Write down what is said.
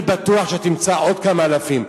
אני בטוח שתמצא עוד כמה אלפים,